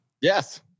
Yes